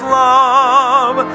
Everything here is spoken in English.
love